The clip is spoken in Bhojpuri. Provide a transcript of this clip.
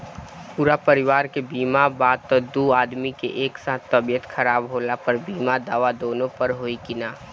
पूरा परिवार के बीमा बा त दु आदमी के एक साथ तबीयत खराब होला पर बीमा दावा दोनों पर होई की न?